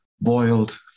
boiled